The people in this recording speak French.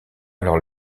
alors